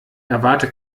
erwarte